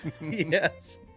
Yes